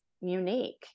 unique